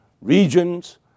regions